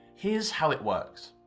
here's how it works.